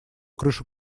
крышу